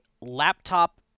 laptop